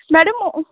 madam ਓ